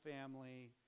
family